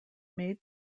made